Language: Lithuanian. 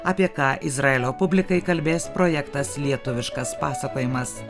apie ką izraelio publikai kalbės projektas lietuviškas pasakojimas